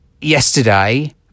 yesterday